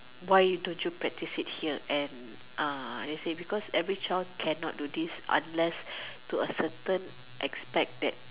why don't you practise it here and uh they say because they say every child cannot do this unless to an extent aspect that